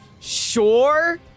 sure